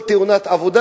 כל תאונת עבודה,